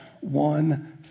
one